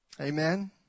Amen